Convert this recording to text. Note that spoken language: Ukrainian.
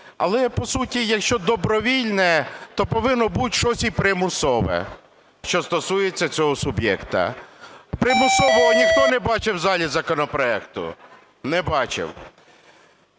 Але по суті, якщо добровільне, то повинно бути щось і примусове, що стосується цього суб'єкта. Примусового ніхто не бачив у залі законопроекту? Не бачив.